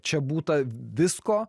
čia būta visko